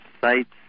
sites